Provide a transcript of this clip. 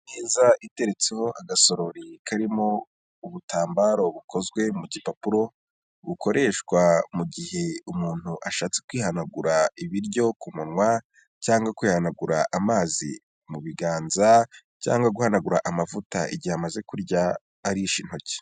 Imeza iteretseho agasorori karimo ubutambaro bukozwe mu gipapuro bukoreshwa mu gihe umuntu ashatse kwihanagura ibiryo ku munwa cyangwa kuhanagura amazi mu biganza, cyangwa guhanagura amavuta igihe amaze kurya arisha intoki.